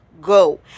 go